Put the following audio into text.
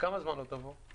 לכמה זמן לא תבוא?